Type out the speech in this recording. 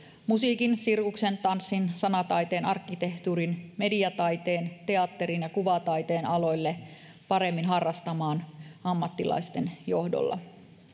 musiikin sirkuksen tanssin sanataiteen arkkitehtuurin mediataiteen teatterin ja kuvataiteen aloille paremmin harrastamaan ammattilaisten johdolla